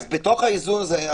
אז בתוך האיזון הזה,